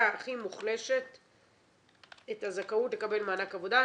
הכי מוחלשת את הזכאות לקבל מענק עבודה?